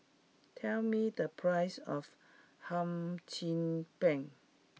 tell me the price of Hum Chim Peng